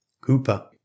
COOPER